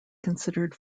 considered